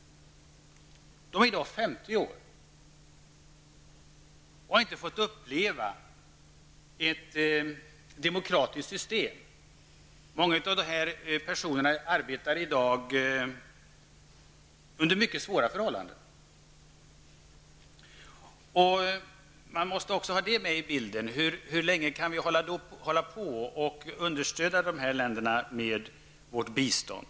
De är i dag femtio år och har inte fått uppleva ett demokratiskt system. Många av dessa personer arbetar i dag under mycket svåra förhållanden. Vi måste också ha med i bilden hur länge vi skall understödja de här länderna med vårt bistånd.